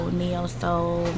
neo-soul